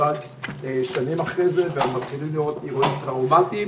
רק שנים אחרי כן ומתחילים לראות אירועים טראומטיים.